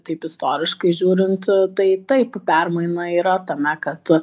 taip istoriškai žiūrint tai taip permaina yra tame kad tu